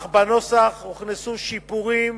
אך בנוסח הוכנסו שיפורים